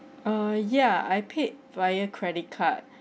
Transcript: err yeah I paid via credit card